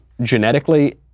genetically